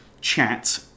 chat